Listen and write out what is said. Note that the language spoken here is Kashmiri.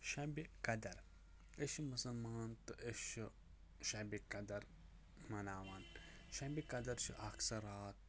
شَبہِ قدر أسۍ چھِ مُسلمان تہٕ أسۍ چھِ شَبہِ قدر مناوان شَبہِ قدٕر چھِ اکھ سۄ راتھ